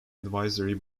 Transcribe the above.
advisory